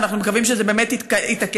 ואנחנו מקווים שזה באמת יתעכב,